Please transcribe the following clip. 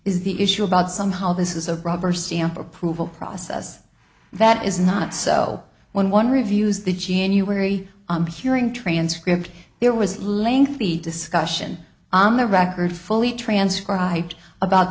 is the issue about some how this is a rubber stamp approval process that is not so when one reviews the g n you wary i'm hearing transcript there was a lengthy discussion on the record fully transcribed about